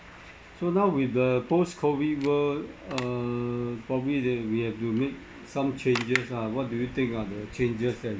so now with the post COVID world err probably then we have to make some changes ah what do you think are the changes that